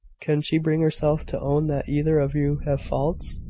can she bring herself to own that either of you have faults?